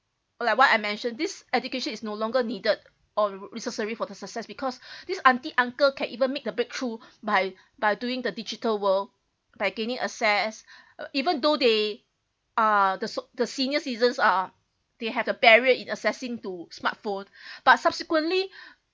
or like what I mentioned this education is no longer needed or necessary for the success because this auntie uncle can even make a breakthrough by by doing the digital world by gaining access even though they are the the senior citizens are they have a barrier in accessing to smartphone but subsequently